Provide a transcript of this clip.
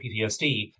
PTSD